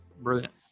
brilliant